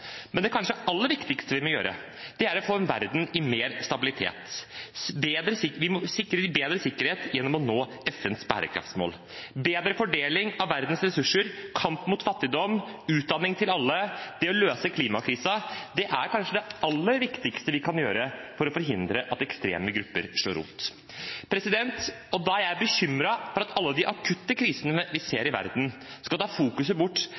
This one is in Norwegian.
kanskje det aller viktigste vi må gjøre, er å få en verden i mer stabilitet. Vi må få bedre sikkerhet gjennom å nå FNs bærekraftsmål. Bedre fordeling av verdens ressurser, kamp mot fattigdom, utdanning til alle og det å løse klimakrisen er kanskje det aller viktigste vi kan gjøre for å forhindre at ekstreme grupper slår rot. Jeg er bekymret for at alle de akutte krisene vi